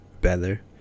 better